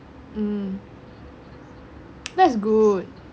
mm that's good